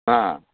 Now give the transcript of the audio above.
ಹಾಂ